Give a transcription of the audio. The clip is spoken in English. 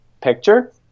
picture